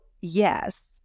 yes